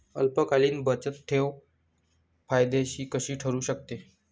अल्पकालीन बचतठेव फायद्याची कशी ठरु शकते?